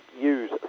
use